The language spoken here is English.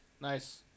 Nice